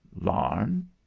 Larn